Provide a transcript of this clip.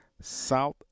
South